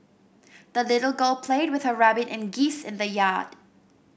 the little girl played with her rabbit and geese in the yard